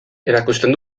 erakusten